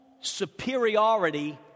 superiority